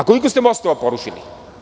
Koliko ste mostova porušili?